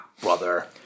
brother